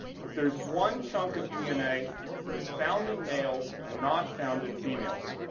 but there is one chunk of dna that is found in males and not found in females.